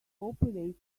operated